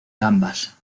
gambas